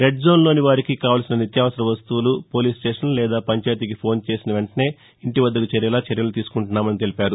రెడ్జోన్లోని వారికి కావలసిన నిత్యావసర వస్తువులు పోలీస్ స్టేషన్ లేదా పంచాయతీకి ఫోన్ చేసిన వెంటనే ఇంటి వద్దకు చేరేలా చర్యలు తీసుకొంటున్నామని తెలిపారు